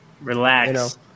Relax